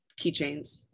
keychains